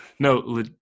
No